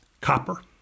Copper